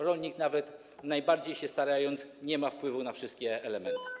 Rolnik, nawet najbardziej się starając, nie ma wpływu na wszystkie elementy.